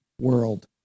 world